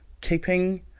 keeping